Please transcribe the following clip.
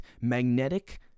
Magnetic